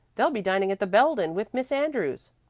they'll be dining at the belden with miss andrews.